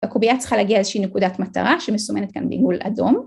וקובייה צריכה להגיע איזושהי נקודת מטרה שמסומנת כאן בעיגול אדום.